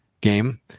game